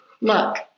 look